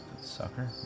Sucker